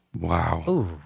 Wow